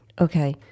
Okay